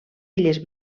illes